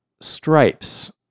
stripes